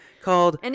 called